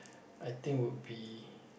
I think would be